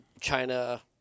China